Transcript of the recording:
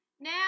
Now